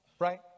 Right